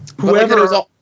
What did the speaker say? Whoever